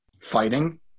fighting